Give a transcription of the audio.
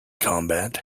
combat